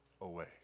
away